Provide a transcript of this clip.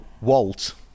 Walt